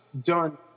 done